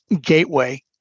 gateway